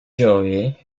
joey